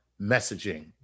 messaging